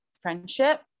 friendship